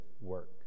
work